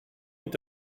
est